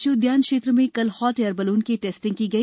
राष्ट्रीय उद्यान क्षेत्र मे कल हॉट एयर बलून की टेस्टिंग की गई